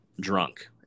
drunk